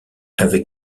avec